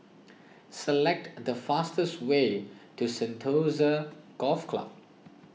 select the fastest way to Sentosa Golf Club